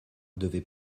devait